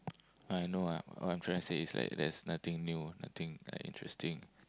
I know what what I'm trying say there's nothing new nothing interesting